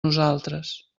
nosaltres